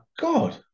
god